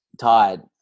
Todd